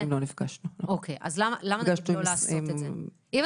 לא נפגשנו עם המשרד לביטחון פנים.